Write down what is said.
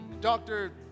doctor